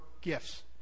gifts